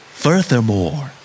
furthermore